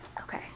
Okay